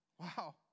Wow